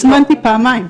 הזמנתי פעמיים,